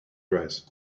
dress